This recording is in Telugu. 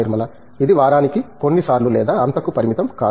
నిర్మలా ఇది వారానికి కొన్ని సార్లు లేదా అంతకు పరిమితం కాదు